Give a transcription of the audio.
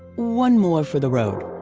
one more for the road,